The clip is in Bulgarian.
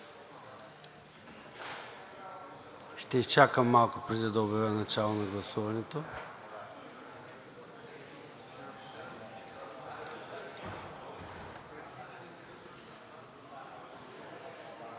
Ще изчакам малко, преди да обявя начало на гласуването.